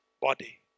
body